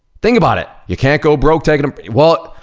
think about it, you can't go broke takin' a, well,